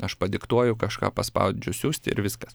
aš padiktuoju kažką paspaudžiu siųsti ir viskas